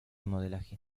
modelaje